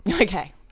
Okay